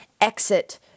exit